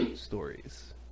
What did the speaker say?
stories